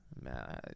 man